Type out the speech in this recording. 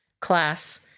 class